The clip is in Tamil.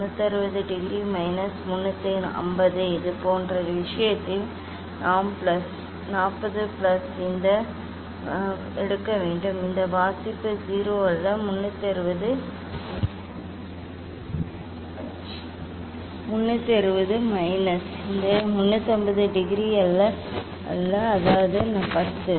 360 டிகிரி மைனஸ் 350 இதுபோன்ற விஷயத்தில் நாம் 40 பிளஸ் இந்த பிளஸ் எடுக்க வேண்டும் இந்த வாசிப்பு 0 அல்ல அதன் 360 டிகிரி மைனஸ் இந்த 350 டிகிரி அல்ல அதாவது 10